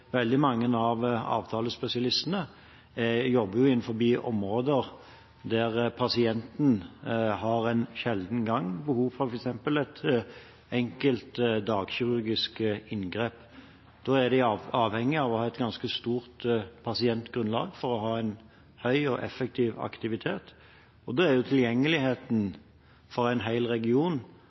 veldig mange av avtalespesialistene jobber innenfor områder der pasienten en sjelden gang har behov for f.eks. et enkelt dagkirurgisk inngrep. De er avhengige av å ha et ganske stort pasientgrunnlag for å ha en bred og effektiv aktivitet, og da er tilgjengeligheten for en hel region